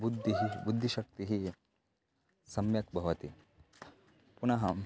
बुद्धिः बुद्धिःशक्तिः सम्यक् भवति पुनः